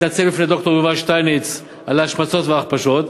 להתנצל בפני ד"ר יובל שטייניץ על ההשמצות וההכפשות,